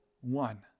one